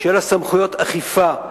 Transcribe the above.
ושיהיו לה סמכויות אכיפה.